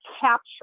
capture